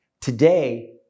Today